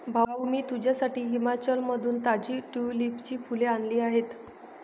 भाऊ, मी तुझ्यासाठी हिमाचलमधून ताजी ट्यूलिपची फुले आणली आहेत